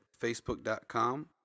facebook.com